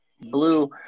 Blue